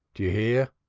do you hear?